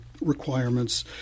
requirements